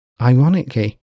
Ironically